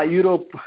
Europe